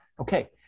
Okay